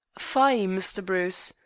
fie, mr. bruce.